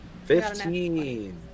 Fifteen